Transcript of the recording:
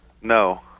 No